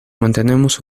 mantenemos